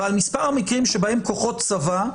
ועל מספר המקרים שבהם כוחות צבא,